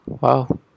Wow